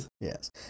Yes